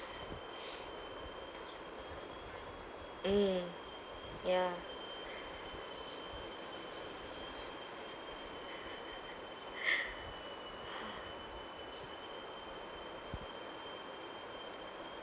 mm ya